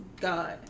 God